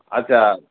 আচ্ছা